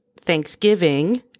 Thanksgiving